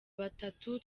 batatu